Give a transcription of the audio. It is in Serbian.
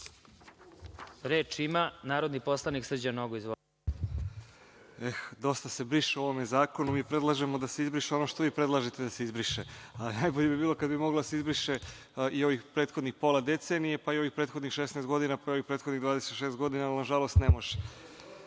ima narodni poslanik Srđan Nogo. Izvolite. **Srđan Nogo** Dosta se briše u ovom zakonu. Mi predlažemo da se izbriše ono što vi predlažete da se izbriše, a najbolje bi bilo kad bi moglo da se izbriše i ovih prethodnih pola decenije, pa i ovih prethodnih 16 godina, pa i ovih prethodnih 26 godina, ali, nažalost, ne može. Elem,